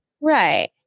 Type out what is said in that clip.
Right